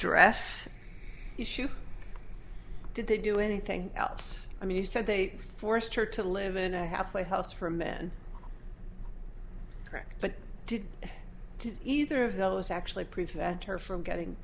dress issue did they do anything else i mean you said they forced her to live in a halfway house for a man correct but didn't to either of those actually prevent her from getting